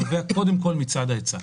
נובע קודם כול מצד ההיצע.